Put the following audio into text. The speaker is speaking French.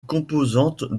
composante